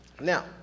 Now